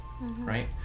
right